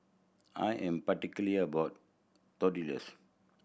I am particularly about Tortillas